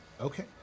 Okay